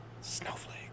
Snowflake